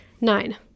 Nine